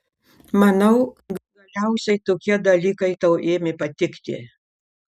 manau galiausiai tokie dalykai tau ėmė patikti